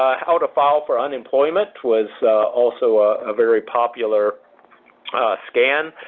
how to file for unemployment was also a ah very popular scan,